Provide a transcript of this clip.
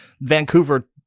Vancouver